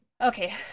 Okay